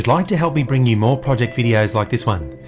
like to help me bring you more project videos like this one,